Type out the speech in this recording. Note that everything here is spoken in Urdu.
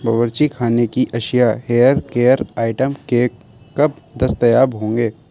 باورچی خانے کی اشیاء ہیئر کیئر آئٹم کیک کب دستیاب ہوں گے